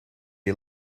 you